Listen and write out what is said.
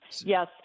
Yes